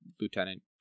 lieutenant